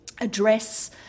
address